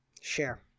share